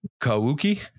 Kawuki